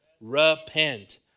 repent